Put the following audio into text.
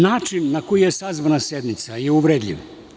Način na koji je sazvana sednica je uvredljiv.